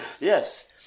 Yes